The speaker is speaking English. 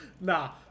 Nah